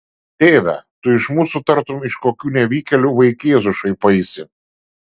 tėve tu iš mūsų tartum iš kokių nevykėlių vaikėzų šaipaisi